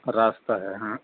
رات کا ہے ہاں